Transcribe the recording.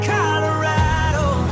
Colorado